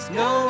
no